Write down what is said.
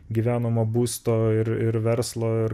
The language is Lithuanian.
gyvenamo būsto ir ir verslo ir